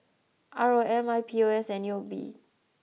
R O M I P O S and U O B